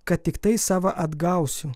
kad tiktai savo atgausiu